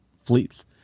fleets